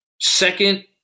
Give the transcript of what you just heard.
second